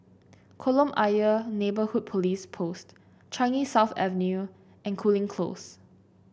Kolam Ayer Neighbourhood Police Post Changi South Avenue and Cooling Close